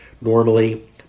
normally